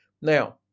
Now